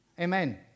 Amen